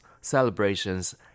celebrations